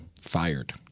fired